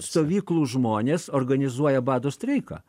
stovyklų žmonės organizuoja bado streiką